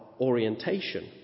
orientation